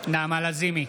נעמה לזימי,